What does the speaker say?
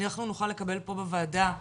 אנחנו נוכל לקבל פה בוועדה,